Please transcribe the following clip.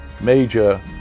major